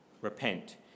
repent